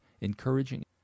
encouraging